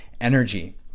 energy